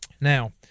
Now